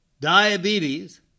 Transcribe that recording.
diabetes